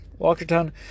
walkerton